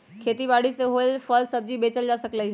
खेती बारी से होएल फल सब्जी बेचल जा सकलई ह